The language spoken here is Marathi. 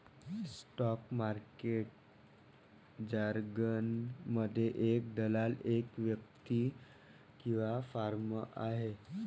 स्टॉक मार्केट जारगनमध्ये, एक दलाल एक व्यक्ती किंवा फर्म आहे